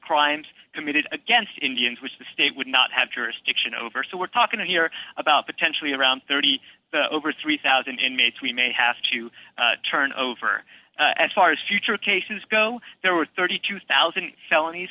crimes committed against indians which the state would not have jurisdiction over so we're talking to here about potentially around thirty over three thousand dollars inmates we may have to turn over as far as future cases go there were thirty two thousand